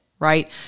Right